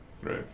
Right